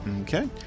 okay